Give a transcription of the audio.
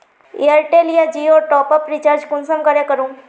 Airtel या जियोर top up recharge कुंसम करे करूम?